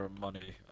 money